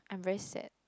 I'm very sad